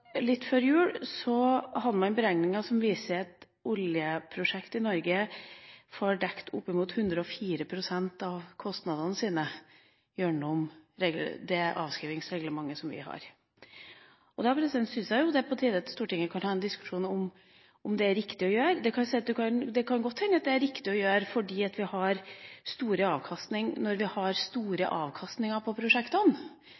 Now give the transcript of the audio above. litt før jul, hadde man beregninger som viste at oljeprosjekter i Norge får dekket opp mot 104 pst. av kostnadene sine gjennom det avskrivingsreglementet vi har. Da syns jeg det er på tide at Stortinget kan ha en diskusjon om det er riktig å gjøre det. Det kan godt hende at det er riktig å gjøre det når vi har store avkastninger på prosjektene, men når vi